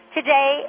Today